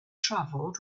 travelled